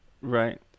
Right